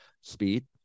speed